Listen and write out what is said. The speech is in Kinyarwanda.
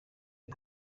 iri